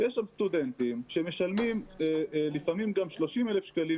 יש שם סטודנטים שמשלמים לפעמים גם 30,000 שקלים